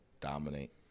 dominate